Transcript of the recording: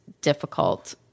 difficult